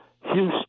Houston